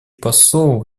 посол